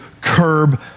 curb